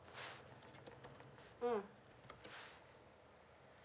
mm